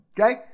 Okay